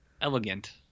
Elegant